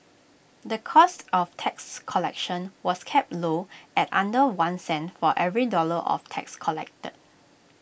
the cost of tax collection was kept low at under one cent for every dollar of tax collected